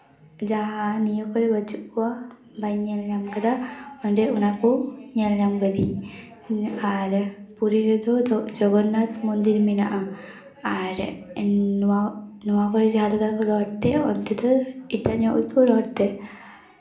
ᱡᱟᱦᱟᱸ ᱱᱤᱭᱟᱹ ᱠᱚᱨᱮᱜ ᱵᱟᱹᱪᱩᱜ ᱠᱚᱣᱟ ᱵᱟᱹᱧ ᱧᱮ ᱧᱟᱢ ᱠᱟᱫᱟ ᱚᱸᱰᱮ ᱚᱱᱟ ᱠᱚ ᱧᱮᱞ ᱧᱟᱢ ᱠᱟᱹᱫᱟᱹᱧ ᱟᱨ ᱯᱩᱨᱤ ᱨᱮᱫᱚ ᱡᱚᱜᱚᱱᱱᱟᱛᱷ ᱢᱚᱱᱫᱤᱨ ᱢᱮᱱᱟᱜᱼᱟ ᱟᱨ ᱱᱚᱣᱟ ᱱᱚᱣᱟ ᱠᱚᱨᱮᱜ ᱡᱟᱦᱟᱸ ᱞᱮᱠᱟ ᱨᱚᱲ ᱛᱮ ᱟᱨ ᱚᱱᱛᱮ ᱫᱚ ᱮᱴᱟᱜ ᱧᱚᱜ ᱜᱮᱠᱚ ᱨᱚᱲᱛᱮ